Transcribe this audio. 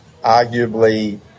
arguably